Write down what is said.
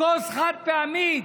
כוס חד-פעמית,